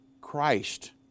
Christ